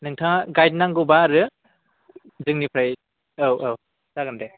नोंथाङा गाइड नांगौबा आरो जोंनिफ्राय औ औ जागोन दे